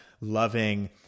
loving